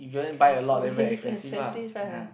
careful it's expensive eh